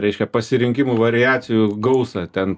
reiškia pasirinkimų variacijų gausa ten